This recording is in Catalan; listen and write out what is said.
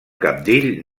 cabdill